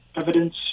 evidence